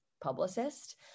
publicist